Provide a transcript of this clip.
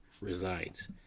resides